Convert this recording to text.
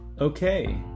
Okay